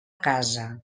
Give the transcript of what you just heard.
casa